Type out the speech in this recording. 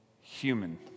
human